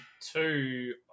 two